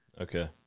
okay